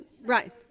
Right